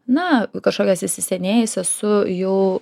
na kažkokias įsisenėjusias su jau